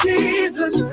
Jesus